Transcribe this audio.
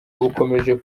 bukomeje